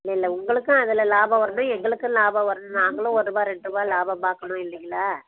இல்லயில்ல உங்களுக்கும் அதில் லாபம் வரணும் எங்களுக்கும் லாபம் வரணும் நாங்களும் ஒரு ருபாய் ரெண்டு ருபாய் லாபம் பார்க்கணும் இல்லைங்களா